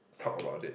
talk about it